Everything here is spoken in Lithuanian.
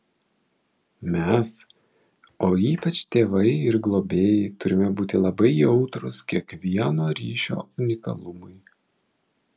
mes o ypač tėvai ir globėjai turime būti labai jautrūs kiekvieno ryšio unikalumui